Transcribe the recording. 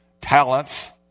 talents